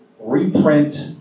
reprint